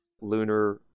lunar